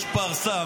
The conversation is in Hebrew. יש פרסה,